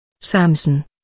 Samson